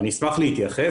ואני אשמח להתייחס.